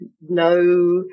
no